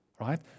Right